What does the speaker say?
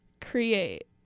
create